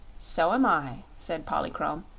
so am i, said polychrome,